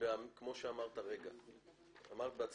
כמו שאמרת הרגע בעצמך,